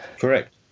correct